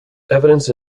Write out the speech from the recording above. evidence